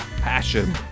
passion